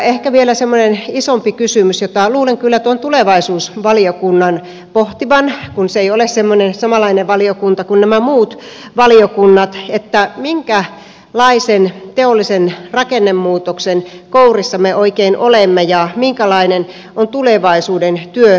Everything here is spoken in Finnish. ehkä vielä semmoinen isompi kysymys jota luulen kyllä tuon tulevaisuusvaliokunnan pohtivan kun se ei ole semmoinen samanlainen valiokunta kuin nämä muut valiokunnat on se minkälaisen teollisen rakennemuutoksen kourissa me oikein olemme ja minkälainen on tulevaisuuden työ ja työmarkkinat